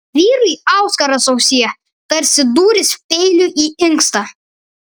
vyrui auskaras ausyje tarsi dūris peiliu į inkstą